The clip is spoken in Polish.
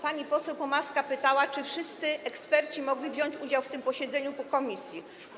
Pani poseł Pomaska pytała, czy wszyscy eksperci mogli wziąć udział w tym posiedzeniu komisji.